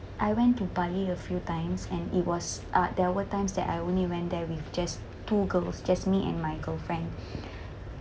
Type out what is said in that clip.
I went to bali a few times and it was uh there were times that I only went there with just two girls just me and my girlfriend